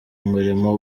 umurimo